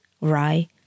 rye